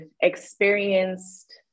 experienced